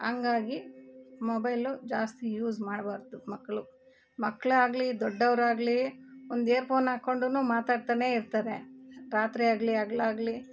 ಹಂಗಾಗಿ ಮೊಬೈಲು ಜಾಸ್ತಿ ಯೂಸ್ ಮಾಡಬಾರ್ದು ಮಕ್ಕಳು ಮಕ್ಕಳೆ ಆಗಲಿ ದೊಡ್ಡವ್ರು ಆಗಲಿ ಒಂದು ಏರ್ಫೋನ್ ಹಾಕೊಂಡು ಮಾತಾಡ್ತಾನೆ ಇರ್ತಾರೆ ರಾತ್ರಿ ಆಗಲಿ ಹಗ್ಲಾಗ್ಲಿ